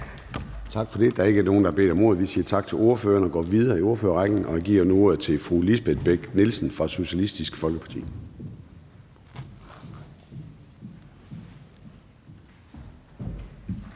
Tak for det. Og der er ikke nogen, der har bedt om ordet, så vi siger tak til ordføreren og går videre i ordførerrækken, og jeg byder velkommen til hr. Sigurd Agersnap fra Socialistisk Folkeparti.